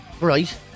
right